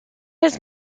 his